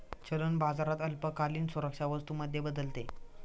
चलन बाजारात अल्पकालीन सुरक्षा वस्तू मध्ये बदलते